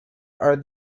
are